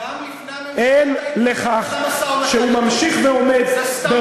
גם לפני הממשלה אתה התנגדת למשא-ומתן,